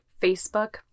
Facebook